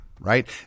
right